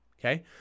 okay